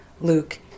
Luke